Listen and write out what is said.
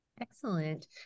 Excellent